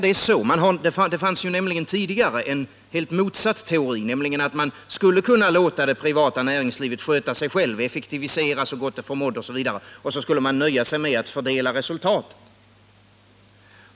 Det fanns ju tidigare en helt motsatt teori, nämligen att man skulle kunna låta det privata näringslivet sköta sig självt, effektivisera så gott det förmådde osv., och så skulle man nöja sig med att fördela resultaten.